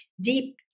deep